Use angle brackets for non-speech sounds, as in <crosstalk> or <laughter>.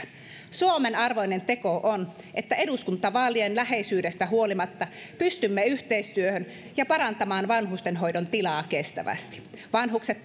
suomen arvoinen teko on että eduskuntavaalien läheisyydestä huolimatta pystymme yhteistyöhön ja parantamaan vanhustenhoidon tilaa kestävästi vanhukset <unintelligible>